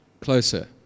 closer